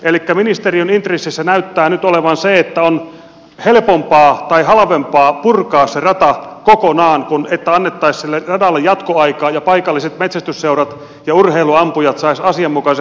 elikkä ministeriön intressissä näyttää nyt olevan se että on helpompaa tai halvempaa purkaa se rata kokonaan kuin että annettaisiin sille radalle jatkoaikaa ja paikalliset metsästysseurat ja urheiluampujat saisivat asianmukaisen harrastuspaikan